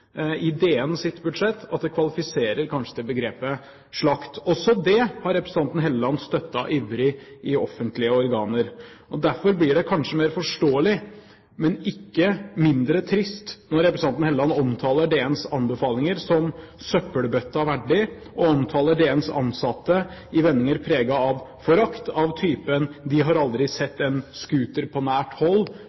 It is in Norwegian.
budsjett at det kanskje kvalifiserer til begrepet slakt. Også dét har representanten Hofstad Helleland støttet ivrig i offentlige organer. Derfor blir det kanskje mer forståelig, men ikke mindre trist når representanten Hofstad Helleland omtaler DNs anbefalinger som søppelbøtta verdig, og omtaler DNs ansatte i vendinger preget av forakt av typen: de har aldri sett en scooter på nært hold,